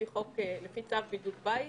לפי צו בידוד בית